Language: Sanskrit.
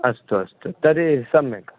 अस्तु अस्तु तर्हि सम्यक्